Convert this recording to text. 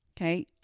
Okay